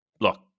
look